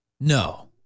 No